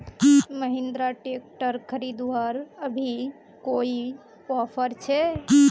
Mahindra tractor खरीदवार अभी कोई ऑफर छे?